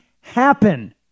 happen